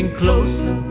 closer